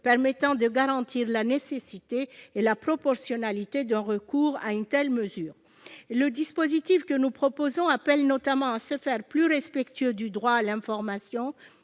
garantissant la nécessité et la proportionnalité d'un recours à une telle mesure. Le dispositif que nous proposons appelle notamment à se faire plus respectueux du droit à l'information